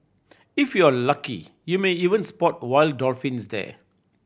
if you are lucky you may even spot wild dolphins there